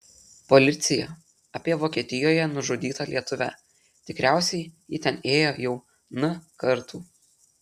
policija apie vokietijoje nužudytą lietuvę tikriausiai ji ten ėjo jau n kartų